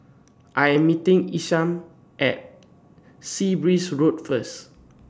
I Am meeting Isham At Sea Breeze Road First